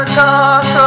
talk